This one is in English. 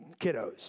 Kiddos